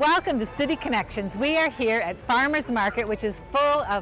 welcome to city connections we are here at farmer's market which is